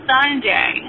Sunday